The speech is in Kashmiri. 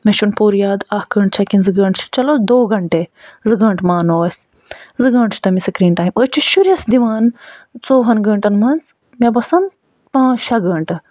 مےٚ چھُنہٕ پوٗرٕ یاد اکھ گٲنٹہٕ چھا کِنہٕ زٕ گٲنٹہٕ چھُ چلو دو گَنٹَے زٕ گٲنٹہٕ مانَو أسۍ زٕ گٲنٹہٕ چھُ تٔمِس سِکریٖن ٹایم أتھۍ چھِ شُرِس دِوان ژوٚوُہَن گٲنٹَن منٛز مےٚ باسان پانٛژھ شیٚے گٲنٹہٕ